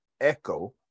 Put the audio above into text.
Echo